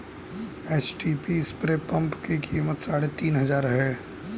HTP spray pump की कीमत साढ़े तीन हजार है